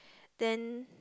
then